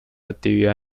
actividad